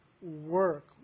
work